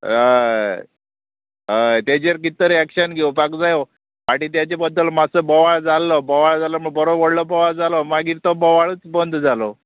अय अय तेजेर कितें तरी एक्शन घेवपाक जायो फाटी तेजे बद्दल मातसो बोवाळ जाल्लो बोवाळ जाल्लो म्हळ्यार बरो व्हडलो बोवाळ जालो मागीर तो बोवाळूच बंद जालो